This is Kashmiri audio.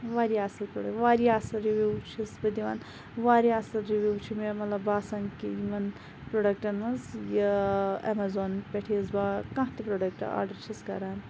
واریاہ اَصل پروڈَکٹ واریاہ اَصل رِوِو چھِس بہٕ دِوان واریاہ اَصل رِوِو چھِ مےٚ مَطلَب باسان کہِ یِمَن پروڈَکٹَن مَنٛز یہِ اَمیزان پٮ۪ٹھ یۄس بہٕ کانٛہہ تہِ پروڈَکٹ آرڈَر چھَس کَران